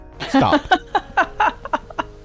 Stop